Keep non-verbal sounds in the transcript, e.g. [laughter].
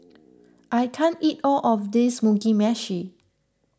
[noise] I can't eat all of this Mugi Meshi